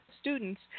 students